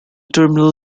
terminal